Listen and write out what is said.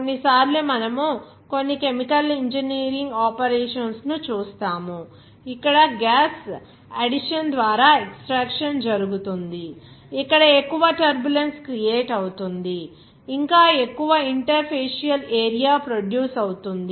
కొన్నిసార్లు మనము కొన్ని కెమికల్ ఇంజనీరింగ్ ఆపరేషన్స్ ను చూస్తాము ఇక్కడ గ్యాస్ అడిషన్ ద్వారా ఎక్స్ట్రాక్షన్ జరుగుతుంది ఇక్కడ ఎక్కువ టర్బ్యులెన్సు క్రియేట్ అవుతుంది ఇంకా ఎక్కువ ఇంటర్ ఫేషియల్ ఏరియా ప్రొడ్యూస్ అవుతుంది